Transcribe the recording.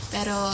Pero